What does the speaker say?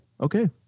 Okay